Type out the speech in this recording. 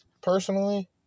personally